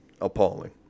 appalling